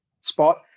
spot